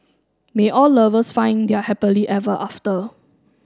may all lovers find their happily ever after